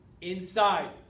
inside